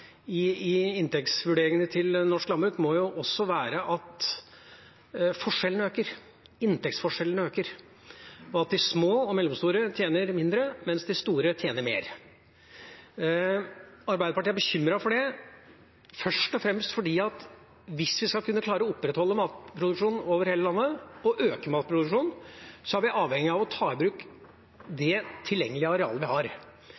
trekk i inntektsvurderingene til norsk landbruk, må være at inntektsforskjellene øker. De små og mellomstore tjener mindre, mens de store tjener mer. Arbeiderpartiet er bekymret for det, først og fremst på grunn av at hvis vi skal kunne klare å opprettholde og øke matproduksjonen over hele landet, er vi avhengige av å ta i bruk det tilgjengelige arealet vi har.